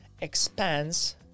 expands